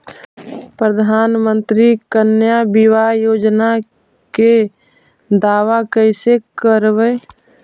प्रधानमंत्री कन्या बिबाह योजना के दाबा कैसे करबै?